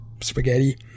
spaghetti